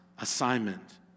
assignment